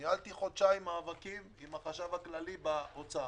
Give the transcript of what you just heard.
ניהלתי חודשיים מאבקים עם החשב הכללי באוצר.